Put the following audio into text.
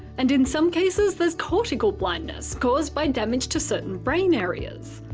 and in some cases there's cortical blindness, caused by damage to certain brain areas.